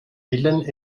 willen